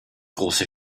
große